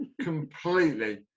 completely